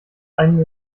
einen